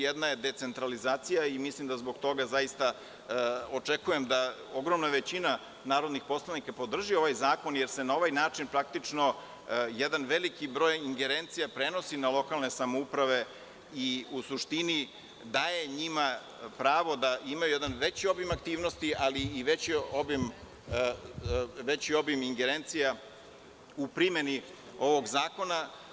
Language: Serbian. Jedna je decentralizacija i zbog toga zaista očekujem da ogromna većina narodnih poslanika podrži ovaj zakon, jer se na ovaj način praktično jedan veliki broj ingerencija prenosi na lokalne samouprave i u suštini daje njima pravo da imaju jedan veći obim aktivnosti, ali i veći obim ingerencija u primeni ovog zakona.